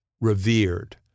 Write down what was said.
revered